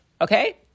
Okay